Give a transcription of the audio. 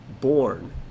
born